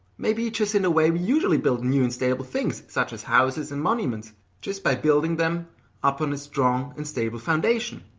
maybe it's just in a way we usually build new and stable things, such as houses and monuments just by building them up on a strong and stable foundation.